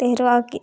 ତେହେରୁ ଆଉ